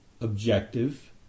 objective